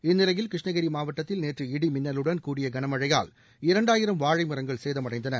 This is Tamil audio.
இந்நிலையில் கிருஷ்ணகிரி மாவட்டத்தில் நேற்று இடி மின்னலுடன் கூடிய கனமழையால் இரண்டாயிரம் வாழை மரங்கள் சேதமடைந்தன